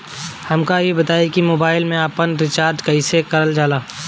हमका ई बताई कि मोबाईल में आपन रिचार्ज कईसे करल जाला?